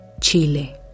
Chile